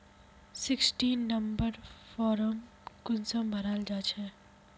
Sixteen number form कुंसम भराल जाछे?